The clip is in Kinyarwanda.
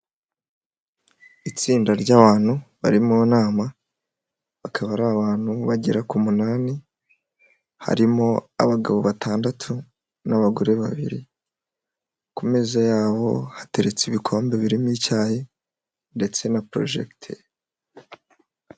Itsinda ry'abantu bari mu nama bakaba ari abantu bagera ku munani harimo abagabo batandatu n'abagore babiri, ku meza yabo hateretse ibikombe birimo icyayi ndetse na porojegiteri.